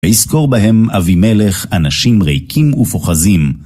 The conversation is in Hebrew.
וישכור בהם אבימלך, אנשים ריקים ופוחזים.